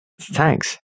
thanks